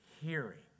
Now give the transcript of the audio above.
Hearing